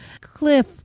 Cliff